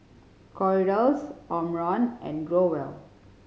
Kordel's Omron and Growell